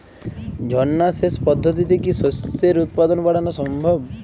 ঝর্না সেচ পদ্ধতিতে কি শস্যের উৎপাদন বাড়ানো সম্ভব?